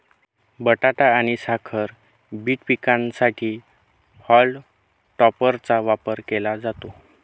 बटाटा आणि साखर बीट पिकांसाठी हॉल टॉपरचा वापर केला जातो